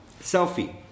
selfie